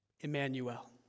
Emmanuel